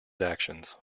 actions